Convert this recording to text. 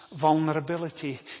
vulnerability